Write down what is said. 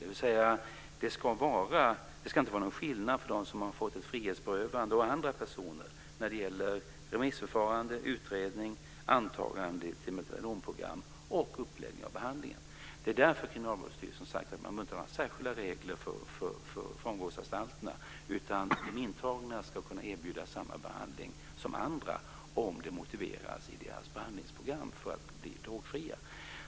Det ska inte vara någon skillnad mellan dem som har fått ett frihetsberövande och andra personer när det gäller remissförfarande, utredning, antagande till metadonprogram och uppläggning av behandlingen. Det är därför Kriminalvårdsstyrelsen har sagt att man inte behöver ha några särskilda regler för fångvårdsanstalterna utan att de intagna ska kunna erbjudas samma behandling som andra, om det motiveras i deras behandlingsprogram för att bli drogfria.